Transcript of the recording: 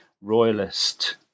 royalist